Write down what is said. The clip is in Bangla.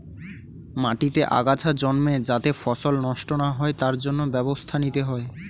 মাটিতে আগাছা জন্মে যাতে ফসল নষ্ট না হয় তার জন্য ব্যবস্থা নিতে হয়